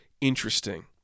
interesting